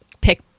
pick